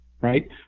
Right